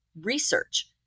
research